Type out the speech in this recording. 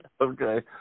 Okay